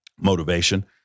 motivation